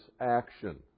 action